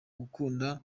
gukunda